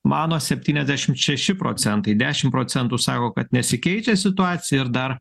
mano septyniasdešimt šeši procentai dešm procentų sako kad nesikeičia situacija ir dar